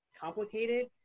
complicated